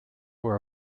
were